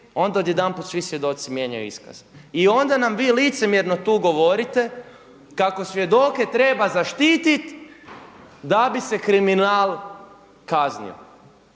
onda odjedanput svi svjedoci mijenjaju iskaz. I onda nam vi licemjerno tu govorite kako svjedoke treba zaštititi da bi se kriminal kaznio.